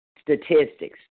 statistics